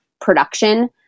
production